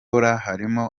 abahanzikazi